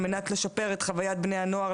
על מנת לשפר את חווית בני הנוער,